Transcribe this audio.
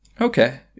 Okay